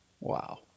Wow